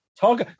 Talk